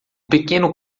pequeno